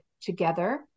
together